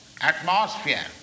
atmosphere